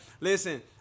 Listen